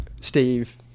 Steve